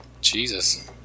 Jesus